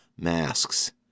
masks